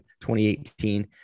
2018